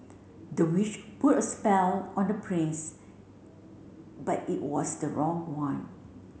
the witch put a spell on the prince but it was the wrong one